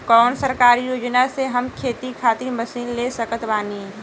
कौन सरकारी योजना से हम खेती खातिर मशीन ले सकत बानी?